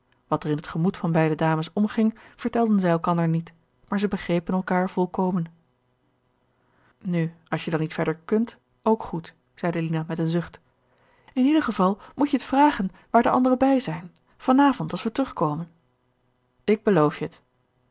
wat er in het gemoed van beide dames omging vertelden zij elkander niet maar zij begrepen elkaar volkomen nu als je dan niet verder kunt ook goed zeide lina met een zucht in ieder geval moet je t vragen waar de anderen bij zijn van avond als we terugkomen ik beloof je t